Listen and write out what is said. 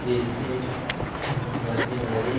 कृषि मशीनरी